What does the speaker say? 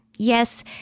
Yes